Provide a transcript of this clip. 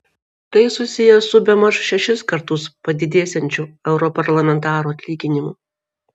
tai susiję su bemaž šešis kartus padidėsiančiu europarlamentarų atlyginimu